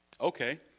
Okay